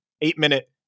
eight-minute